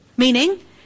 Meaning